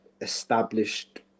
established